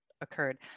occurred